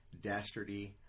Dastardy